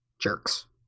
jerks